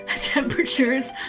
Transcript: temperatures